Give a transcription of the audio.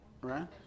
Right